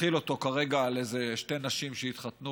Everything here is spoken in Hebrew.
נחיל אותו כרגע על איזה שתי נשים שהתחתנו